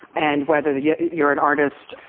and whether yeah you're an artist,